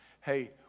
Hey